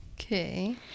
Okay